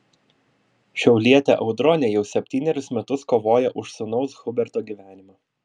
šiaulietė audronė jau septynerius metus kovoja už sūnaus huberto gyvenimą